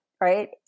right